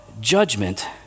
judgment